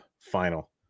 final